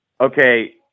okay